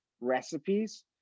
recipes